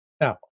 Now